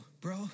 bro